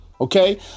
Okay